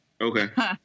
Okay